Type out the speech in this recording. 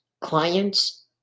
clients